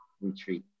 retreat